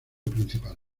principal